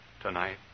tonight